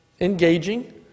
engaging